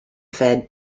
fad